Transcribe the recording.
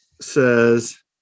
says